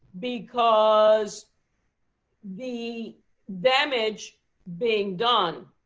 because the damage being done